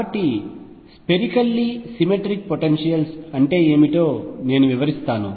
కాబట్టి spherically symmetric potentials అంటే ఏమిటో నేను వివరిస్తాను